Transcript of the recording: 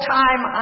time